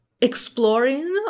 exploring